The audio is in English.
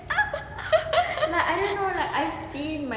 ah